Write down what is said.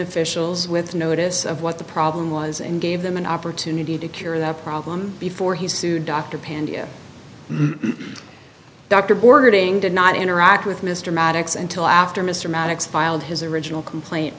officials with notice of what the problem was and gave them an opportunity to cure that problem before he sued dr pangaea dr boarding did not interact with mr maddox until after mr maddox filed his original complaint